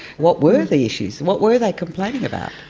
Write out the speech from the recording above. what were the issues, what were they complaining about?